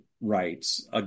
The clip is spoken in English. rights